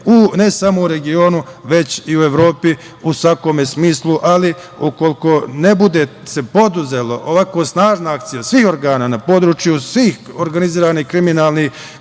ne samo u regionu, već i u Evropi, u svakom smislu. Ukoliko se ne bude preduzela snažna akcija svih organa na području svih organizovanih kriminalnih